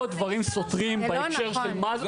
דברים סותרים בהקשר של --- זה לא נכון.